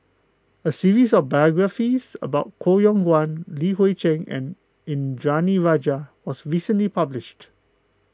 a series of biographies about Koh Yong Guan Li Hui Cheng and Indranee Rajah was recently published